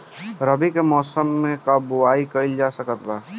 रवि के मौसम में का बोआई कईल जा सकत बा?